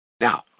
Now